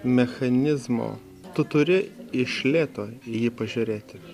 mechanizmo tu turi iš lėto į jį pažiūrėti